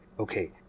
Okay